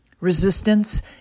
Resistance